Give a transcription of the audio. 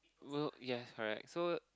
will yes correct so